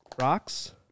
Rocks